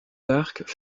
d’arc